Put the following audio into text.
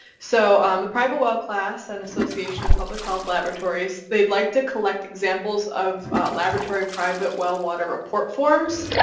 so um the private well class and association of public health laboratories, they'd like to collect examples of laboratory private well water report forms,